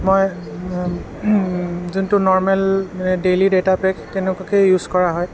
মই যোনটো normal daily data pack তেনেকুৱাকেই ইউজ কৰা হয়